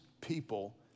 people